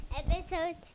episode